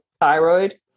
thyroid